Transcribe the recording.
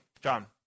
John